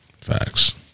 Facts